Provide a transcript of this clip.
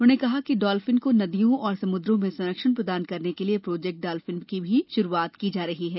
उन्होंने कहा कि डॉल्फिन को नदियों और समुद्रों में संरक्षण प्रदान करने के लिए प्रोजेक्ट डॉल्फिन भी शुरू किया जा रहा है